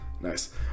nice